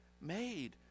made